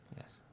Yes